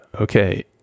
okay